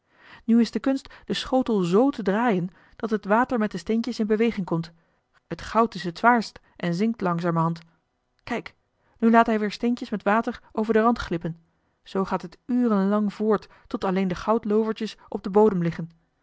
nu is de kunst den schotel zoo te draaien dat het water met de steentjes in beweging komt t goud is het zwaarst en zinkt langzamerhand kijk nu laat hij weer steentjes met water over den rand glippen zoo gaat het uren lang voort tot alleen de goudloovertjes op den bodem liggen